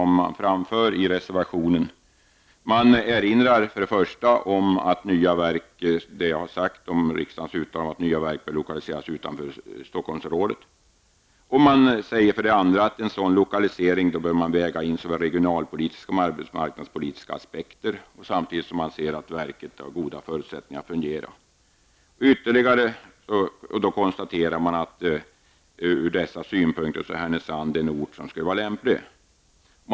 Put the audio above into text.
Man erinrar om riksdagens uttalande att nya verk bör lokaliseras utanför Stockholmsområdet. Dessutom bör man, framhålls det, vid en sådan lokalisering väga in såväl regionalpolitiska som arbetsmarknadspolitiska aspekter, samtidigt som man ser till att verket har goda förutsättningar att fungera. Vidare konstaterar man att Härnösand från dessa synpunkter är en lämplig ort.